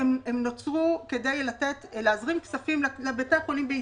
שנוצרו כדי להזרים כספים לבתי חולים בישראל.